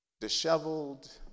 disheveled